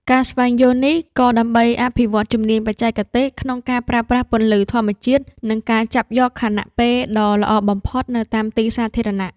ការស្វែងយល់នេះ ក៏ដើម្បីអភិវឌ្ឍជំនាញបច្ចេកទេសក្នុងការប្រើប្រាស់ពន្លឺធម្មជាតិ និងការចាប់យកខណៈពេលដ៏ល្អបំផុតនៅតាមទីសាធារណៈ។